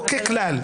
לא ככלל.